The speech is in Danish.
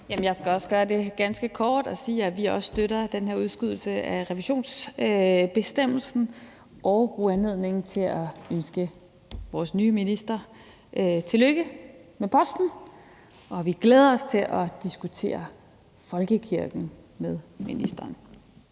Jeg skal også gøre det ganske kort og sige, at vi også støtter den her udskydelse af revisionsbestemmelsen, og bruge anledningen til at ønske vores nye minister tillykke med posten. Vi glæder os til at diskutere folkekirken med ministeren.